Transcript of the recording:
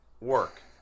work